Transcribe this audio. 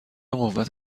قوت